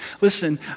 listen